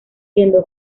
siendo